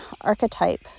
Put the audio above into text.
archetype